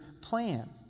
plan